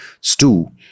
stew